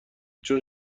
چون